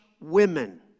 women